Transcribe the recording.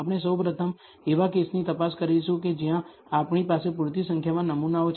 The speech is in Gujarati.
આપણે સૌ પ્રથમ એવા કેસની તપાસ કરીશું કે જ્યાં આપણી પાસે પૂરતી સંખ્યામાં નમૂનાઓ છે